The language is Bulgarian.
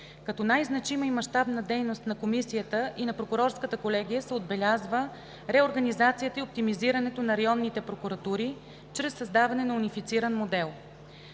Като най-значима и мащабна дейност на Комисията и на Прокурорската колегия се отбелязва реорганизацията и оптимизирането на районните прокуратури чрез създаване на унифициран модел.